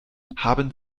haben